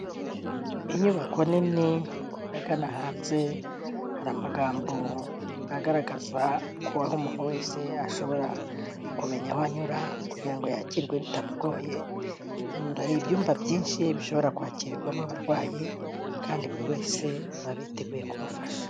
Inyubako nini ahagana hanze, hari amagambo agaragaza ko aho umuntu wese ashobora kumenya aho anyura kugira ngo yakirwe bitamugoye, hari ibyumba byinshi bishobora kwakirwamo abarwayi kandi buri wese baba biteguye kumufasha.